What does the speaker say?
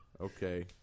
Okay